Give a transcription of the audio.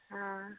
हँ